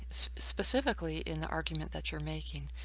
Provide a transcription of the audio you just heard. specifically in the argument that you're making.